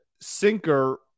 sinker